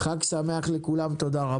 חג שמח לכולם, תודה רבה.